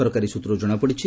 ସରକାରୀ ସ୍ୱତ୍ରର୍ ଜଣାପଡ଼ିଛି